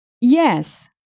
Yes